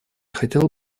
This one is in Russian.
хотел